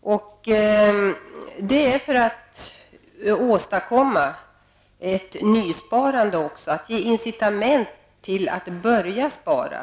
Anledningen till detta är att man skall försöka åstadkomma även ett nysparande, att ge människor incitament till att börja spara.